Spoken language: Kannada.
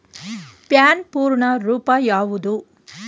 ಪ್ಯಾನ್ ಪೂರ್ಣ ರೂಪ ಯಾವುದು?